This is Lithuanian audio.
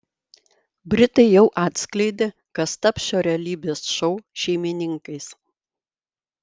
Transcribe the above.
britai jau atskleidė kas taps šio realybės šou šeimininkais